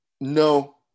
No